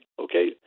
okay